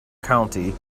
county